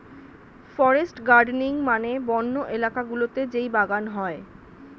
forest gardening মানে বন্য এলাকা গুলোতে যেই বাগান হয়